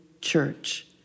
church